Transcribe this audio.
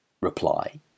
reply